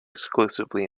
exclusively